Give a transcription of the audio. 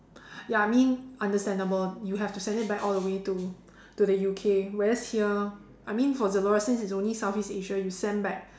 ya I mean understandable you have to send it back all the way to to the U_K whereas here I mean for Zalora since it's only Southeast-Asia you send back